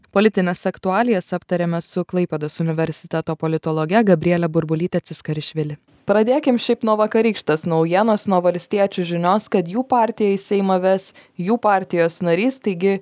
politines aktualijas aptariame su klaipėdos universiteto politologe gabriele burbulytė ciskarišvili pradėkim šiaip nuo vakarykštės naujienos nuo valstiečių žinios kad jų partiją į seimą ves jų partijos narys taigi